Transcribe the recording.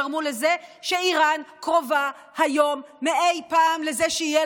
גרמו לזה שאיראן קרובה היום מאי-פעם לזה שיהיה